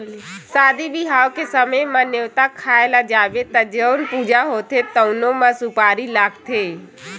सादी बिहाव के समे म, नेवता खाए ल जाबे त जउन पूजा होथे तउनो म सुपारी लागथे